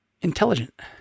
intelligent